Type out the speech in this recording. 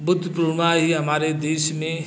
बुद्ध पूर्णिमा ही हमारे देश में